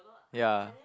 ya